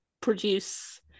produce